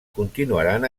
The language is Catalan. continuaran